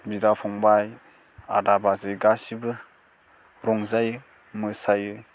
बिदा फंबाय आदा बाजै गासैबो रंजायो मोसायो